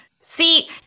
See